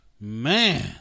Man